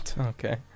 okay